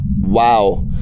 Wow